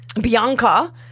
bianca